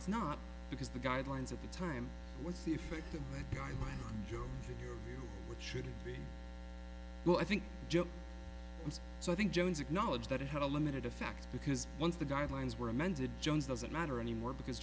it's not because the guidelines at the time was the effect the job which should be well i think so i think jones acknowledged that it had a limited effect because once the guidelines were amended jones doesn't matter anymore because